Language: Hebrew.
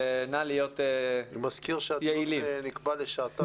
אני מזכיר שהדיון נקבע לשעתיים.